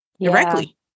directly